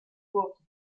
wurde